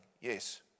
Yes